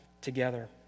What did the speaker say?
together